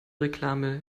reklame